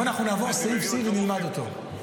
בואו נעבור סעיף-סעיף ונלמד אותו.